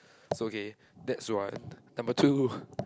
it's okay that's one number two